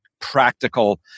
practical